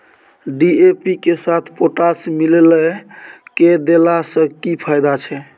DAP के साथ potash मिललय के देला स की फायदा छैय?